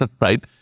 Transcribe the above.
right